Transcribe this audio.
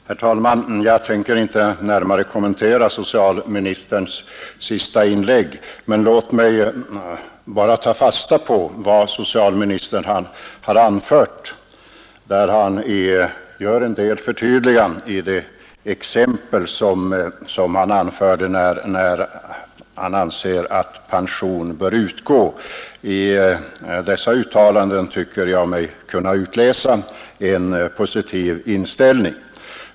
Herr talman! Jag tänker inte närmare kommentera socialministerns senaste inlägg. Låt mig bara ta fasta på vad socialministern har anfört när han gör en del förtydliganden av de exempel som han angav på fall där han anser att pension bör utgå. I dessa uttalanden tycker jag mig kunna utläsa en positiv inställning.